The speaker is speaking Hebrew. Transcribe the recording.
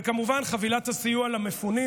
וכמובן חבילת הסיוע למפונים.